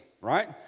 Right